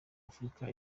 afurika